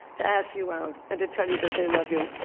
to ask you out, and to tell you that they love you.